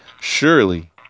Surely